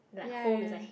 ya ya